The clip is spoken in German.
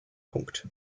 punkt